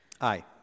Aye